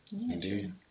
Indeed